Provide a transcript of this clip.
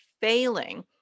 failing